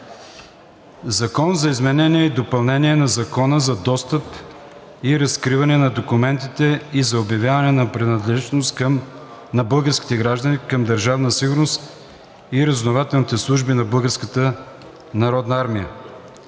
„Закон за изменение и допълнение на Закона за достъп и разкриване на документите и за обявяване на принадлежност на български граждани към Държавна сигурност и разузнавателните служби на Българската народна армия“.